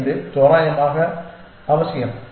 25 தோராயமாக அவசியம்